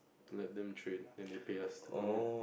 let them trade then they pay us to come in